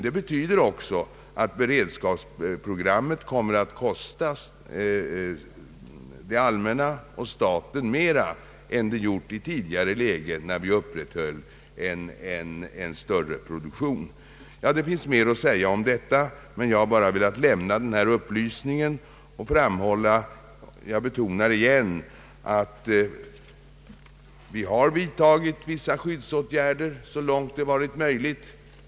Det betyder också att beredskapsprogrammet kommer att kosta staten mera än det gjort i tidigare läge, när vi upprätthöll en större produktion. Det finns mer att säga om detta, men jag har bara velat lämna denna upplysning och framhålla — jag betonar det igen — att vi har vidtagit vissa skyddsåtgärder så långt det varit möjligt.